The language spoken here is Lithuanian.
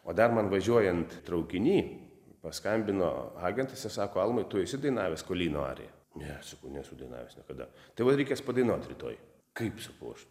o dar man važiuojant traukiny paskambino agentas ir sako almai tu esi dainavęs kolino ariją ne sakau nesu dainavęs niekada tai vat reikės padainuot rytoj kaip sakau aš